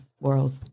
world